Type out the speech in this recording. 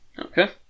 Okay